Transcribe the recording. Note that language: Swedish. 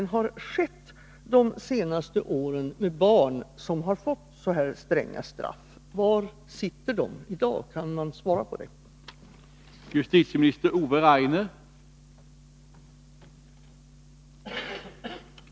Vad har skett de senaste åren med barn som fått så här stränga straff? Var sitter de i dag? Kan justitieministern svara på dessa frågor?